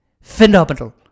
phenomenal